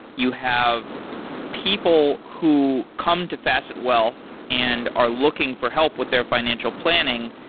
you have people who come to facet wealth and are looking for help with their financial planning.